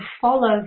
follow